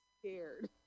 scared